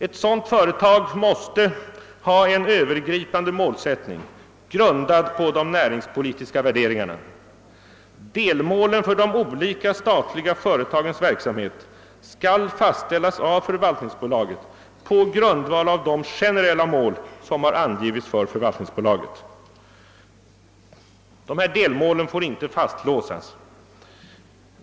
Ett sådant företag måste ha en övergripande målsättning grundad på de näringspolitiska värderingarna. Delmålen för de olika statliga företagens verksamhet skall fastställas av förvaltningsbolaget på grundval av de generella mål som har angivits för förvaltningsbolaget. Delmålen får inte fastlåsas.